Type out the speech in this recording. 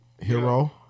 Hero